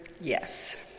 Yes